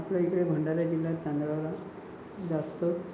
आपल्याइकडे भंडारा जिल्ह्यात तांदळाला जास्त